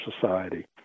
society